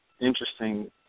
interesting